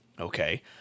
Okay